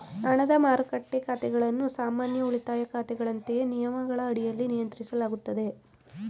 ಹಣದ ಮಾರುಕಟ್ಟೆ ಖಾತೆಗಳನ್ನು ಸಾಮಾನ್ಯ ಉಳಿತಾಯ ಖಾತೆಗಳಂತೆಯೇ ನಿಯಮಗಳ ಅಡಿಯಲ್ಲಿ ನಿಯಂತ್ರಿಸಲಾಗುತ್ತದೆ